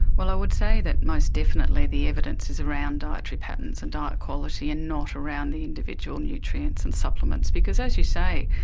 well, i would say that most definitely the evidence is around dietary patterns and diet quality and not around the individual nutrients and supplements because, as you say,